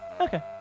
Okay